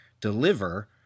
deliver